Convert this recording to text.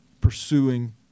pursuing